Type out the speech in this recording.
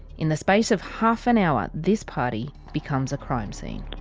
in the space of half an hour this party becomes a crime scene.